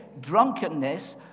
drunkenness